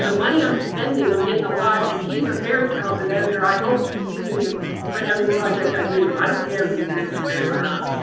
and money i'm spending, i'm getting a lot, and he's a very talented editor. i hope to be using him for every project i do. i don't care if he's in amsterdam or not.